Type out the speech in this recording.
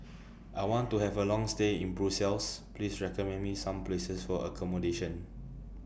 I want to Have A Long stay in Brussels Please recommend Me Some Places For accommodation